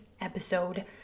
episode